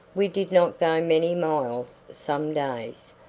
we did not go many miles some days,